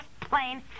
plain